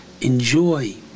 Enjoy